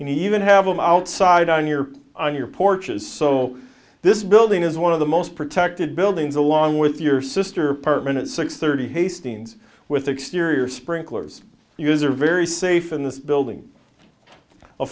and even have them outside on your on your porches so this building is one of the most protected buildings along with your sister apartment at six thirty hastings with the exterior sprinklers use are very safe in this building a